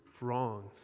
wrong